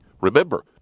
Remember